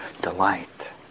delight